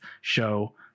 show